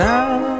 Now